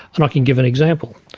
and i can give an example.